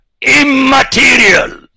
immaterial